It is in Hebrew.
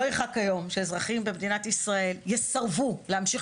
לא ירחק היום שאזרחים במדינת ישראל יסרבו להמשיך